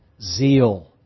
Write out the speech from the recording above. zeal